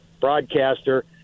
broadcaster